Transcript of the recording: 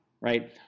right